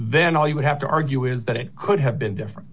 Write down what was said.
then all you would have to argue is that it could have been different